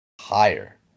higher